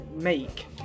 make